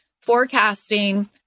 forecasting